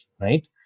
right